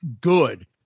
good